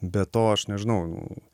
be to aš nežinau